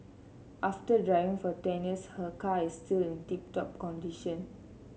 after driving for ten years her car is still in tip top condition